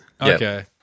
Okay